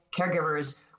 caregivers